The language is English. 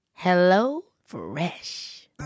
HelloFresh